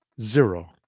zero